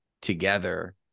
together